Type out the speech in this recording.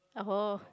oh